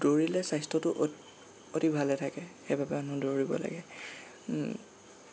দৌৰিলে স্বাস্থ্যটো অ অতি ভালে থাকে সেইবাবে মানুহ দৌৰিব লাগে